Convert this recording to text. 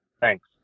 thanks